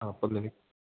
ആ അപ്പം നിനക്ക്